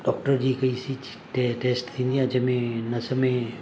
doctor जी हिकु E C G test थींदी आहे जंहिंमें नस में